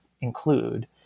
include